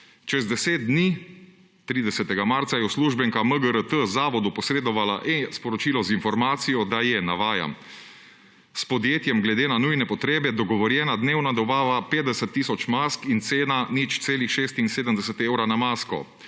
Čez 10 dni, 30. marca, je uslužbenka MGRT Zavodu posredovala e-sporočilo z informacijo, da je, navajam, »s podjetjem glede na nujne potrebe dogovorjena dnevna dobava 50 tisoč mask in cena 0,76 evra na masko,